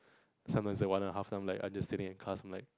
sometimes one and a half then I'm like I just sitting in class like